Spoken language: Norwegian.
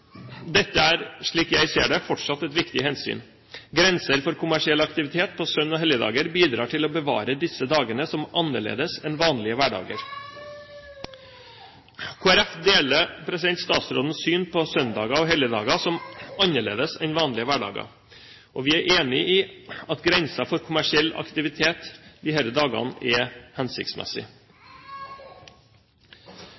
Dette er, slik jeg ser det, fortsatt et viktig hensyn. Grenser for kommersiell aktivitet på søn- og helligdager bidrar til å bevare disse dagene som annerledes enn vanlige hverdager.» Kristelig Folkeparti deler statsrådens syn på søndager og helligdager som annerledes enn vanlige hverdager. Vi er enig i at en grense for kommersiell aktivitet disse dagene er hensiktsmessig.